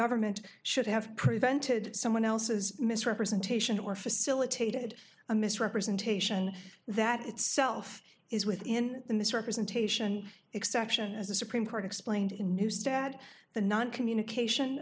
government should have prevented someone else's misrepresentation or facilitated a misrepresentation that itself is within the misrepresentation exception as the supreme court explained in new stat the non communication